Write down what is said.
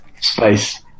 space